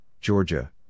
Georgia